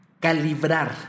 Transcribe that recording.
calibrar